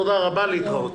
תודה רבה, להתראות.